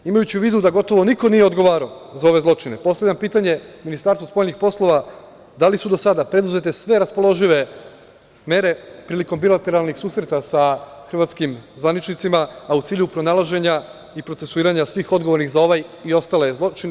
Imajući u vidu da gotovo niko nije odgovarao za ove zločine, postavljam pitanje Ministarstvu spoljnih poslova – da li su do sada preduzete sve raspoložive mere prilikom bilateralnih susreta sa hrvatskim zvaničnicima, a u cilju pronalaženja i procesuiranja svih odgovornih za ovaj i ostale zločine?